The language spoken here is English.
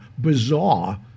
bizarre